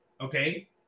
Okay